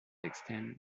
extend